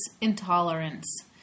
Intolerance